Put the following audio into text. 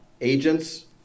agents